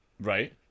Right